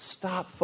stop